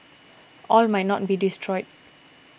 all might not be destroyed